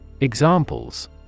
Examples